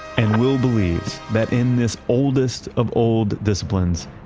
and will believes that in this oldest of old disciplines,